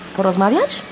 Porozmawiać